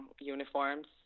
uniforms